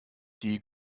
die